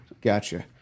Gotcha